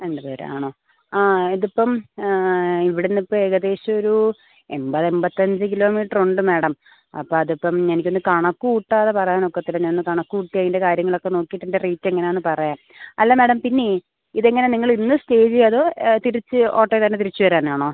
രണ്ട് പേര് ആണോ ആ ഇതിപ്പം ഇവിടുന്ന് ഇപ്പം ഏകദേശം ഒരു എൺപത് എൺപത്തഞ്ച് കിലോമീറ്ററുണ്ട് മാഡം അപ്പോൾ അതിപ്പം എനിക്കൊന്ന് കണക്ക് കൂട്ടാതെ പറയാൻ ഒക്കത്തില്ല ഞാൻ ഒന്ന് കണക്ക് കൂട്ടി അതിൻ്റെ കാര്യങ്ങൾ ഒക്കെ നോക്കി ഇതിൻ്റെ റേറ്റ് എങ്ങനെയാണെന്ന് പറയാം അല്ല മാഡം പിന്നേ ഇതെങ്ങനെ നിങ്ങൾ ഇന്ന് സ്റ്റേ ചെയ്യുമോ അതോ തിരിച്ച് ഓട്ടോ തന്നെ തിരിച്ച് വരാനാണോ